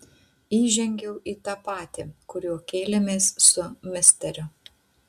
įžengiau į tą patį kuriuo kėlėmės su misteriu